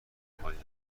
پایین